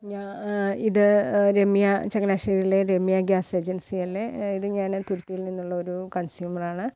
ഞാൻ ഇത് രമ്യ ചങ്ങനാശ്ശേരിയിലെ രമ്യ ഗ്യാസ് ഏജൻസിയില്ലേ ഇത് ഞാൻ തുരുത്തിയിൽ നിന്നുള്ളൊരു കൺസ്യൂമറാണ്